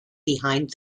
behind